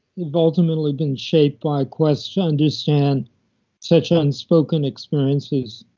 have ultimately been shaped by a quest to understand such unspoken experiences,